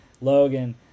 Logan